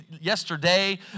yesterday